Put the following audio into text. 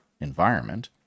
environment